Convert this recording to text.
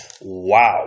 Wow